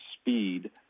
speed